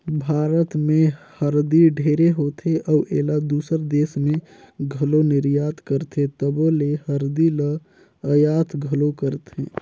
भारत में हरदी ढेरे होथे अउ एला दूसर देस में घलो निरयात करथे तबो ले हरदी ल अयात घलो करथें